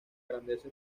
grandeza